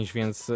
więc